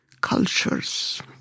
cultures